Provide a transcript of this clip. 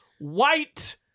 white